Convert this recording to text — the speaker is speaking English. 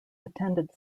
attended